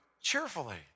cheerfully